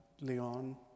Leon